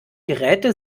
geräte